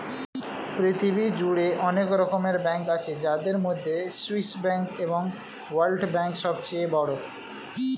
পৃথিবী জুড়ে অনেক রকমের ব্যাঙ্ক আছে যাদের মধ্যে সুইস ব্যাঙ্ক এবং ওয়ার্ল্ড ব্যাঙ্ক সবচেয়ে বড়